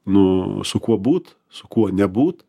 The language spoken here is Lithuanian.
nu su kuo būt su kuo nebūt